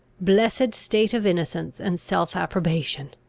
blessed state of innocence and self-approbation!